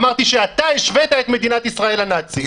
אמרתי שאתה השווית את מדינת ישראל לנאצים.